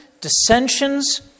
dissensions